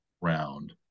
round